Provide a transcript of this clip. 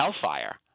hellfire